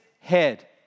head